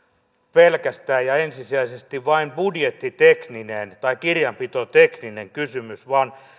pelkästään ja ensisijaisesti vain budjettitekninen tai kirjanpitotekninen kysymys vaan